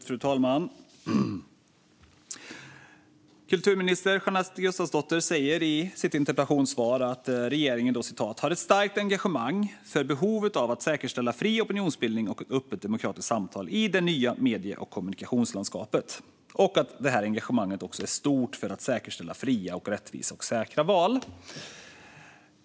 Fru talman! Kulturminister Jeanette Gustafsdotter säger i sitt interpellationssvar att regeringen har ett starkt engagemang för behovet av att säkerställa fri opinionsbildning och ett öppet demokratiskt samtal i det nya medie och kommunikationslandskapet och att det här engagemanget också är stort för att säkerställa fria, rättvisa och säkra val.